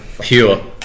Pure